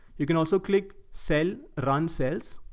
you can also click cell, run cells,